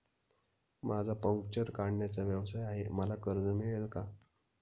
माझा पंक्चर काढण्याचा व्यवसाय आहे मला कर्ज मिळेल का?